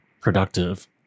productive